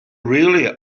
really